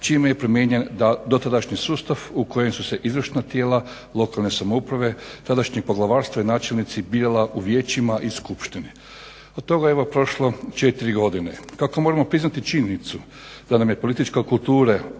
čime je promijenjen dotadašnji sustav u kojem su se izvršna tijela lokalne samouprave, tadašnje poglavarstvo i načelnici birala u vijećima i skupštini. Od toga je evo prošlo četiri godine, kako moramo priznati činjenicu da nam je politička kultura